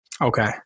okay